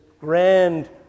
grand